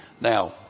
Now